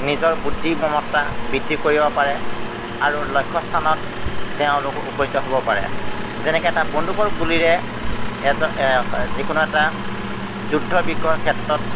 নিজৰ বুদ্ধি মমতা বৃদ্ধি কৰিব পাৰে আৰু লক্ষ্য স্থানত তেওঁলোক উপনীত হ'ব পাৰে যেনেকৈ এটা বন্ধুকৰ গুলিৰে কোনো এটা যুদ্ধ বিগ্ৰহৰ ক্ষেত্ৰত